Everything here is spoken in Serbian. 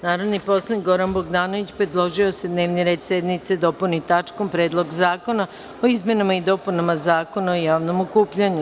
Narodni poslanik Goran Bogdanović predložio je da se dnevni red sednice dopuni tačkom – Predlog zakona o izmenama i dopunama Zakona o javnom okupljanju.